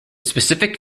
specific